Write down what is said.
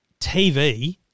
TV